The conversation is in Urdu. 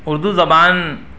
اردو زبان